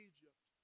Egypt